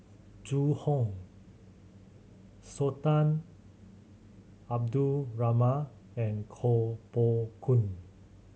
Zhu Hong Sultan Abdul Rahman and Koh Poh Koon